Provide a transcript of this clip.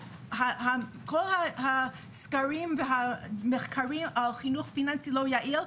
כל הסקרים והמחקרים על חינוך פיננסי לא יעיל,